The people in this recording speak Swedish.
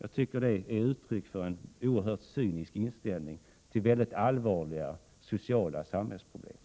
Detta är uttryck för en oerhört cynisk inställning till mycket allvarliga sociala samhällsproblem.